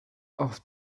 auf